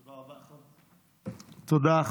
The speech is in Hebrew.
תודה.